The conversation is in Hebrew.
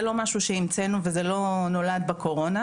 זה לא משהו שהמצאנו וזה לא נולד בקורונה,